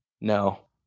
No